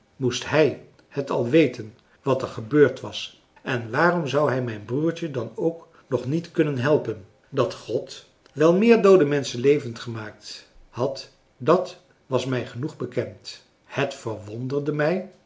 moest hij het al weten wat er gebeurd was en waarom zou hij mijn broertje dan ook nu nog niet kunnen helpen dat god wel meer doode menschen levend gemaakt had dat was mij genoeg bekend het verwonderde mij